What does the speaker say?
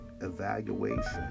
evaluation